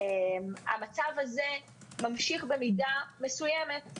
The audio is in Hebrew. המצב הזה ממשיך במידה מסוימת.